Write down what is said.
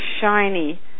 shiny